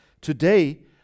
Today